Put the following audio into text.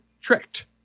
tricked